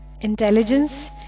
intelligence